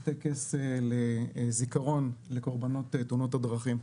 בטקס זיכרון לקורבנות תאונות הדרכים.